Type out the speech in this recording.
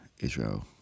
Israel